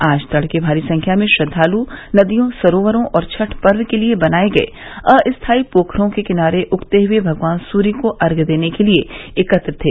आज तड़के भारी संख्या में श्रद्वाल नदियों सरोकरो और छठ पर्व के लिए बनाए गये अस्थायी पोखरो के किनारे उगते हुए भगवान सूर्य को अर्घ देने के लिए एकत्र थे